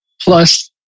plus